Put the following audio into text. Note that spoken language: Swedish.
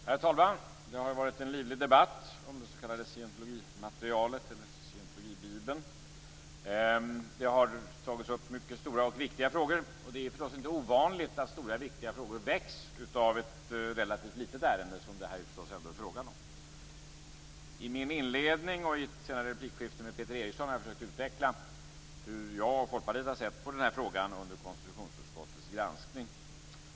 Herr talman! Det har varit en livlig debatt om den s.k. scientologbibeln. Det har tagits upp mycket stora och viktiga frågor. Det är ju inte ovanligt att stora och viktiga frågor väcks av ett relativt litet ärende som detta. I min inledning och i mitt senare replikskifte med Peter Eriksson har jag försökt att utveckla hur jag och Folkpartiet har sett på den här frågan under konstitutionsutskottets granskning.